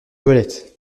toilettes